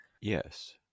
Yes